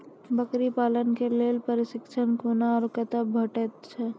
बकरी पालन के लेल प्रशिक्षण कूना आर कते भेटैत छै?